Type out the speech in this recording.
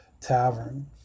tavern